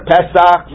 Pesach